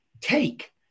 take